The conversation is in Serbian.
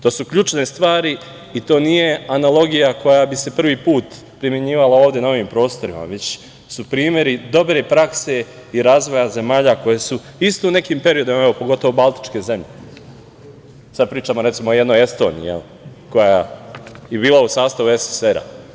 To su ključne stvari i to nije analogija koja bi se prvi put primenjivala ovde na ovim prostorima, već su primeri dobre prakse i razvoja zemalja koje su isto u nekim periodima, pogotovo Baltičke zemlje, sad pričam recimo o jednoj Estoniji, koja je bila u sastavu SSR-a.